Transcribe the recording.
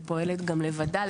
היא פועלת גם לבדה.